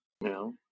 No